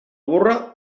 burra